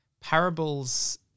Parables